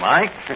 Mike